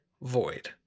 void